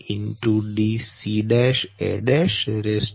dca